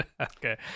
okay